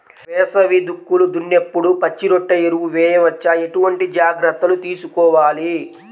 వేసవి దుక్కులు దున్నేప్పుడు పచ్చిరొట్ట ఎరువు వేయవచ్చా? ఎటువంటి జాగ్రత్తలు తీసుకోవాలి?